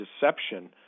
deception